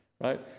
right